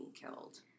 killed